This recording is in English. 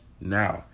now